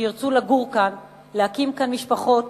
שירצו לגור כאן, להקים כאן משפחות